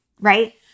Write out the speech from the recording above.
Right